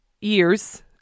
years